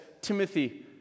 Timothy